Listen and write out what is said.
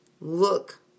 Look